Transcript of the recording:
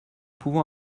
pouvons